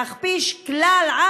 להכפיש כלל,